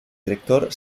director